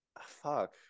Fuck